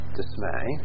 dismay